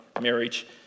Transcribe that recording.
marriage